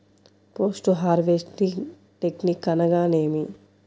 Post harvesting technique అనగా నేమి?